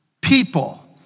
people